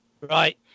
Right